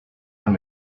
from